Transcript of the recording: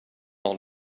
all